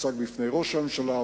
הוצגה לפני ראש הממשלה,